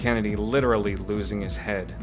kennedy literally losing his head